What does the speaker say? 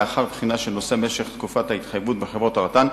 לאחר בחינה של נושא משך תקופת ההתחייבות בחברות הרט"ן,